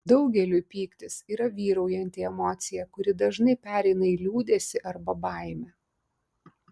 daugeliui pyktis yra vyraujanti emocija kuri dažnai pereina į liūdesį arba baimę